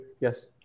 Yes